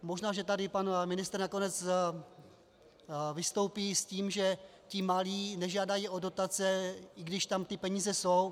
Možná že tady pan ministr nakonec vystoupí s tím, že ti malí nežádají o dotace, i když tam peníze jsou.